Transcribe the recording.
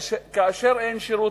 כאשר אין שירותים,